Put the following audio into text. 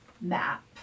map